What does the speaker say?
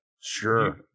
sure